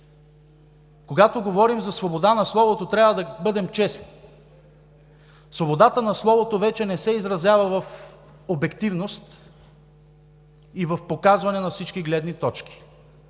Когато говорим за свобода на словото, трябва да бъдем честни. Свободата на словото вече не се изразява в обективност и в показване на всички гледни точки.